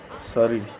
Sorry